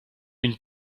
une